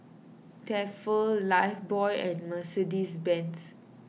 Tefal Lifebuoy and Mercedes Benz